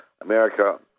America